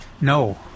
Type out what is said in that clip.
No